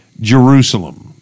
Jerusalem